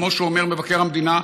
כמו שאומר מבקר המדינה,